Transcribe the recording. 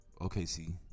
OKC